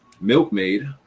Milkmaid